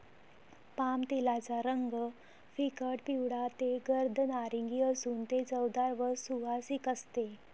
पामतेलाचा रंग फिकट पिवळा ते गर्द नारिंगी असून ते चवदार व सुवासिक असते